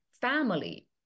family